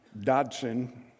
Dodson